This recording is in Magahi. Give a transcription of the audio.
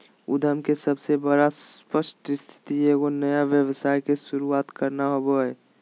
उद्यम के सबसे बड़ा स्पष्ट स्थिति एगो नया व्यवसाय के शुरूआत करना होबो हइ